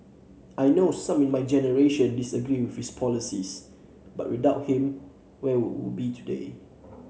I know some in my generation disagree with his policies but without him where would we be today